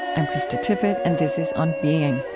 i'm krista tippett, and this is on being